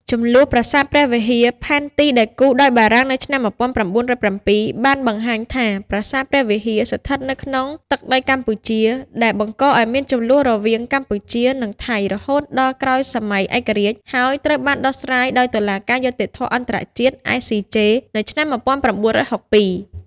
ជម្លោះប្រាសាទព្រះវិហារ ផែនទីដែលគូរដោយបារាំងនៅឆ្នាំ ១៩០៧ បានបង្ហាញថាប្រាសាទព្រះវិហារស្ថិតនៅក្នុងទឹកដីកម្ពុជា ដែលបង្កឱ្យមានជម្លោះរវាងកម្ពុជា និងថៃរហូតដល់ក្រោយសម័យឯករាជ្យ ហើយត្រូវបានដោះស្រាយដោយតុលាការយុត្តិធម៌អន្តរជាតិ ICJ នៅឆ្នាំ ១៩៦២។